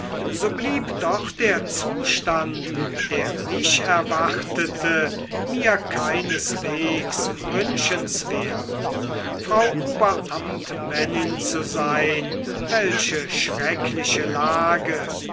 so blieb doch der zustand der mich erwartete mir keineswegs wünschenswert frau oberamtmännin zu sein welche schreckliche lage